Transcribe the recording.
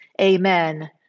amen